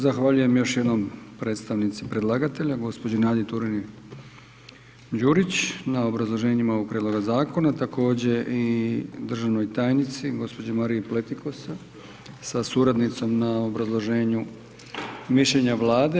Zahvaljujem još jednom predstavnici predlagatelja, gđi. Nadi Turini Đurić na obrazloženjima ovoga prijedloga zakona, također i državnoj tajnici gđi. Mariji Pletikosa sa suradnicom na obrazloženju mišljenja Vlade.